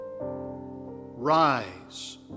Rise